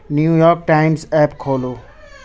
new York Times app کھولو